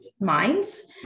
minds